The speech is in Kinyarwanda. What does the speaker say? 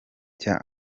cya